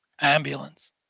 ambulance